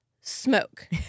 smoke